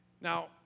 Now